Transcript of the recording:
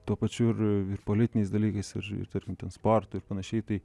tuo pačiu ir ir politiniais dalykais ir tarkim ten sportu ir panašiai tai